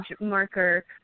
marker